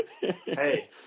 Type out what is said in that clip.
hey